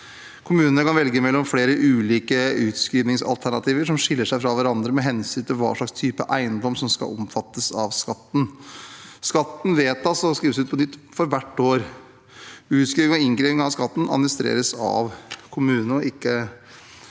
Kommunene kan velge mellom flere ulike utskrivningsalternativer som skiller seg fra hverandre med hensyn til hva slags type eiendom som skal omfattes av skatten. Skatten vedtas og skrives ut på nytt for hvert år. Utskriving og innkreving av skatten administreres av kommunene og ikke